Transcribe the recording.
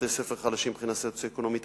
לבתי-ספר חלשים מבחינה סוציו-אקונומית,